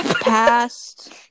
Past